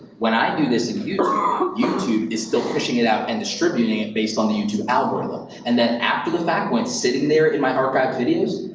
when i do this in youtube, youtube is still pushing it out and distributing it based on the youtube algorithm. and then after the fact, when sitting there in my archived videos,